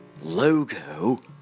logo